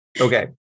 Okay